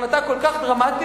החלטה כל כך דרמטית.